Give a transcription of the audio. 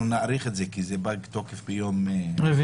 נאריך את זה כי זה פג תוקף ביום רביעי